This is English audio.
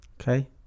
okay